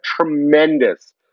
tremendous